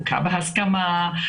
חוקה בהסכמה,